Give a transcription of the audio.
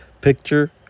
picture